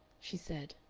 she said.